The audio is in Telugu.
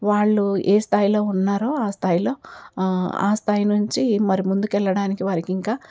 వాళ్ళు ఏ స్థాయిలో ఉన్నారో ఆ స్థాయిలో ఆ స్థాయి నుంచి మరి ముందుకి వెళ్ళడానికి వారికి ఇంకా